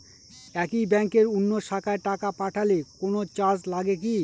একই ব্যাংকের অন্য শাখায় টাকা পাঠালে কোন চার্জ লাগে কি?